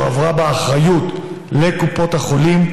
שבה הועברה האחריות לקופות החולים,